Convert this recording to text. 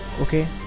okay